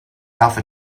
alpha